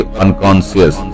unconscious